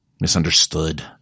misunderstood